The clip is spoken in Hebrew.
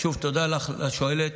תודה לשואלת,